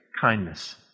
kindness